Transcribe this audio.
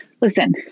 listen